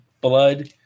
blood